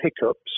hiccups